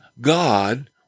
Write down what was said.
God